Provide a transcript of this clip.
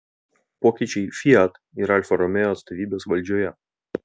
pokyčiai fiat ir alfa romeo atstovybės valdžioje